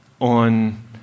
on